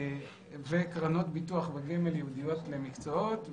-- וקרנות ביטוח וגמל ייעודיות למקצועות.